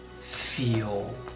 feel